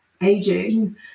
aging